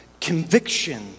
conviction